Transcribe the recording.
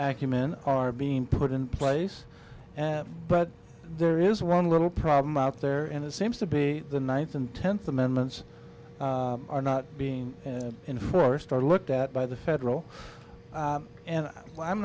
accu men are being put in place but there is one little problem out there and it seems to be the ninth and tenth amendments are not being enforced or looked at by the federal and i'm